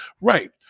Right